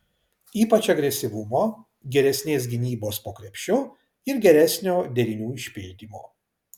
ypač agresyvumo geresnės gynybos po krepšiu ir geresnio derinių išpildymo